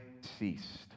ceased